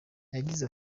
yagize